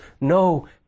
no